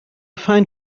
find